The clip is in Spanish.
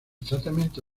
tratamiento